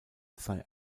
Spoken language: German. sei